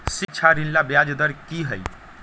शिक्षा ऋण ला ब्याज दर कि हई?